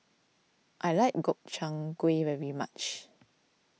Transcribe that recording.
I like Gobchang Gui very much